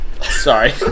sorry